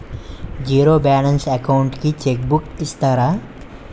Zero balance account కి cheque book ఇస్తారా?